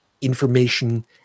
information